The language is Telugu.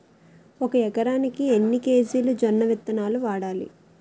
ఒక ఎకరానికి ఎన్ని కేజీలు జొన్నవిత్తనాలు వాడాలి?